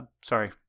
Sorry